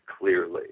clearly